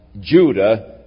Judah